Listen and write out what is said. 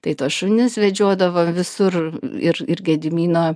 tai tuos šunis vedžiodavom visur ir ir gedimino